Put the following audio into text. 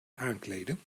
aankleden